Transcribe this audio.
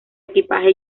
equipaje